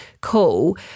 cool